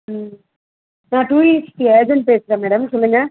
ம் நான் tourist agent பேசுகிறேன் மேடம் சொல்லுங்கள்